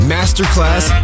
Masterclass